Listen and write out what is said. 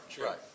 right